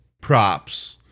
props